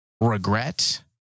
regret